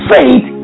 Faith